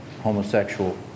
homosexual